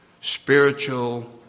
spiritual